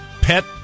pet